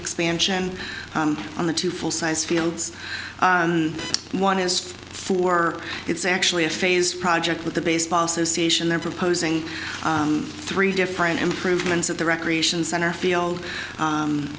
expansion on the two full size fields one is for it's actually a phased project with the baseball association they're proposing three different improvements of the recreation center field